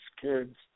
kids